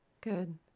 Good